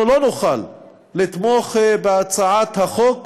אנחנו לא נוכל לתמוך בהצעת החוק,